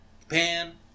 Japan